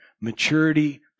maturity